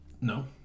No